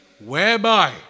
whereby